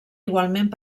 igualment